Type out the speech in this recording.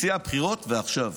מציע בחירות ועכשיו.